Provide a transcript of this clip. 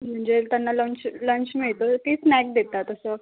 म्हणजे त्यांना lunch lunch मिळतो की स्नॅक्स देतात असं